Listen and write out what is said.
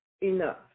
enough